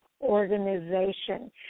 organization